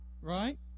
right